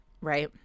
right